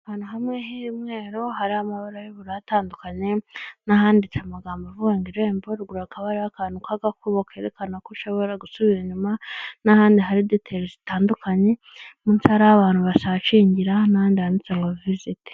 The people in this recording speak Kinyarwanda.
Ahantu hamwe h'umweru, hariho amabara y'ubururu atandukanye n'ahanditse amagambo avunga ngo irembo, ruguru hakaba hariho akantu k'agakubo kerekana ko ushobora gusubira inyuma n'ahandi hari diteyiri zitandukanye, munsi hari aho abantu basacingira n'ahandi handitse ngo viziti.